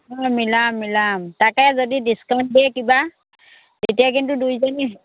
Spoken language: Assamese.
অ' মিলাম মিলাম তাকে যদি ডিছকাউণ্ট দিয়ে কিবা তেতিয়া কিন্তু দুইজনীয়ে